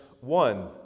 one